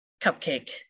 cupcake